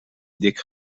dik